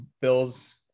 bills